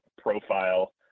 profile